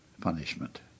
punishment